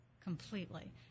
completely